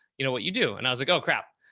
you know, what you do? and i was like, oh crap,